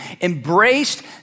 embraced